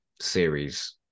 Series